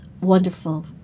wonderful